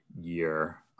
year